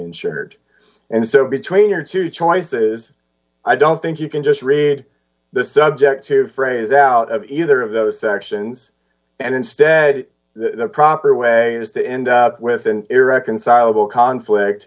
insured and so between your two choices i don't think you can just read the subject to phrase out of either of those sections and instead the proper way is to end up with an irreconcilable conflict